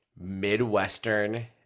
Midwestern